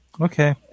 Okay